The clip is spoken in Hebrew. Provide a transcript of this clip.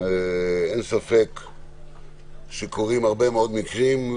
אין ספק שקורים הרבה מאוד מקרים,